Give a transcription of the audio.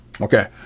Okay